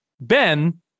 Ben